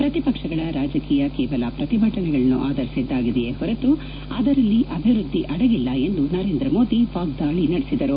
ಪ್ರತಿಪಕ್ಷಗಳ ರಾಜಕೀಯ ಕೇವಲ ಪ್ರತಿಭಟನೆಗಳನ್ನು ಆಧರಿಸಿದ್ದಾಗಿದೆಯೇ ಹೊರತು ಅದರಲ್ಲಿ ಅಭಿವ್ಯದ್ದಿ ಅಡಗಿಲ್ಲ ಎಂದು ನರೇಂದ್ರ ಮೋದಿ ವಾಗ್ದಾಳಿ ನಡೆಸಿದರು